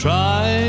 Try